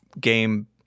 game